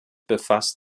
befasst